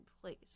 place